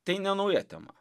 tai nenauja tema